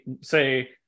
say